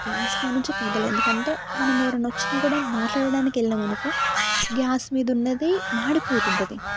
gas కాడ నుంచి కదలను ఎందుకంటే మనం ఎవరన్నా వచ్చినా కూడా మాట్లాడడానికి వెళ్ళిన మనకు గ్యాస్ మీద ఉన్నది మాడిపోతుంది